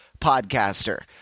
podcaster